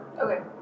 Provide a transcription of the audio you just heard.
Okay